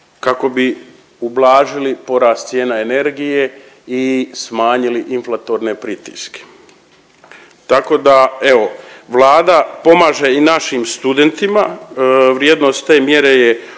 kako bi ublažili porast cijena energije i smanjili inflatorne pritiske. Tako da evo Vlada pomaže i našim studentima, vrijednost te mjere je oko